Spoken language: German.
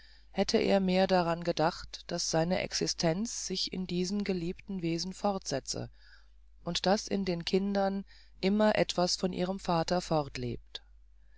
hätte er mehr daran gedacht daß seine existenz sich in diesen geliebten wesen fortsetzte und daß in den kindern immer etwas von ihrem vater